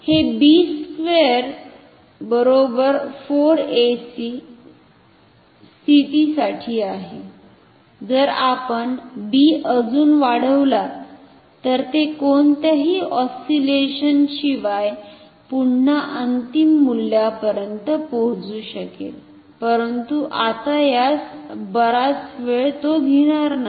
हे b2 4 ac स्थिती साठी आहे जर आपण b अजुन वाढविला तर ते कोणत्याही ऑस्सिलेशन शिवाय पुन्हा अंतिम मूल्यापर्यंत पोहोचू शकेल परंतु आता यास बराच वेळ तो घेणार नाही